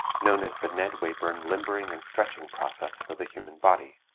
known as the ned wayburn limbering and stretching process for the human body.